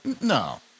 no